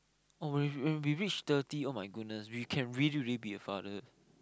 oh we when we reach thirty [oh]-my-goodness we can really really be a father